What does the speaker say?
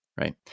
right